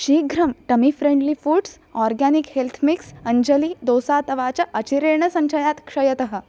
शीघ्रं tummy friendly foods organic health mix Anjali dosa tawa च अचिरेण सञ्चयात् क्षयतः